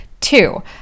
Two